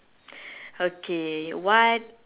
okay what